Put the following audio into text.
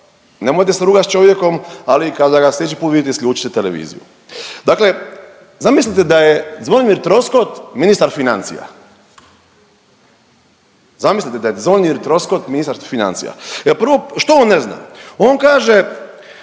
nemojte se rugat s čovjekom, ali kada ga slijedeći put vidite isključite televiziju. Dakle, zamislite da je Zvonimir Troskot ministar financija. Zamislite da je Zvonimir Troskot ministar financija. Prvo, što on ne zna. On kaže